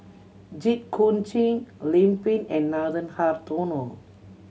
Jit Koon Ch'ng Lim Pin and Nathan Hartono